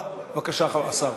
בבקשה, השר.